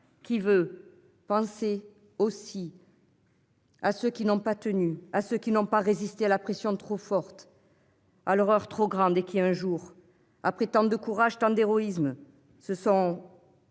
qui veut penser aussi. À ceux qui n'ont pas tenu à ceux qui n'ont pas résisté à la pression trop forte. Ah l'horreur trop grande et qui un jour a tant de courage tente d'héroïsme ce sont.